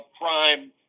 crime